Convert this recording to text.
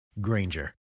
Granger